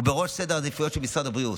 הוא בראש סדר העדיפויות של משרד הבריאות,